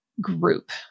group